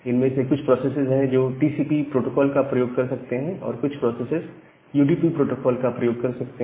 इनमें से कुछ प्रोसेसेस हैं जो टीसीपी प्रोटोकोल का प्रयोग कर सकते हैं और कुछ प्रोसेसेस यूडीपी प्रोटोकोल का प्रयोग कर सकते हैं